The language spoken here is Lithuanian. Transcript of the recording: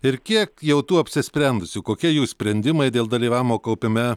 ir kiek jau tų apsisprendusių kokie jų sprendimai dėl dalyvavimo kaupime